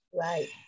Right